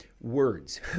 words